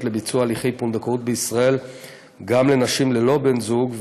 לביצוע הליכי פונדקאות בישראל גם לנשים ללא בן זוג,